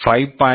5 5